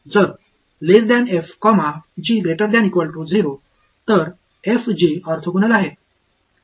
तर जर तर f g ऑर्थोगोनल आहेत